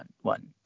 one